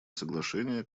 соглашение